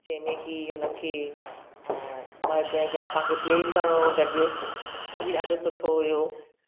जंहिंमें की हुननि खे मर्द ऐं ज़ाइफ़ां खे प्ले करिणो हुयो गॾु उहो बि ॾाढो सुठो हुयो